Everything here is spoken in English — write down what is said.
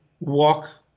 Walk